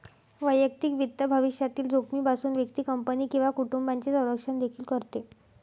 वैयक्तिक वित्त भविष्यातील जोखमीपासून व्यक्ती, कंपनी किंवा कुटुंबाचे संरक्षण देखील करते